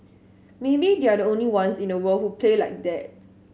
maybe they're the only ones in the world who play like that